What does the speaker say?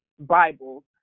Bibles